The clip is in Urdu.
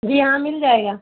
جی ہاں مل جائے گا